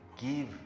give